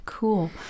Cool